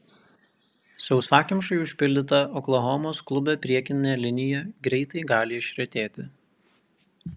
sausakimšai užpildyta oklahomos klubo priekinė linija greitai gali išretėti